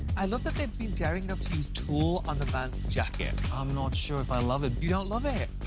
i love that they were daring enough to use tulle, on the man's jacket. i'm not sure if i love it. you don't love it?